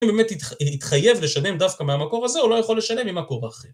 אני באמת התחייב לשנם דווקא מהמקור הזה או לא יכול לשנם ממקור אחר.